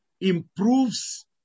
Improves